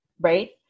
Right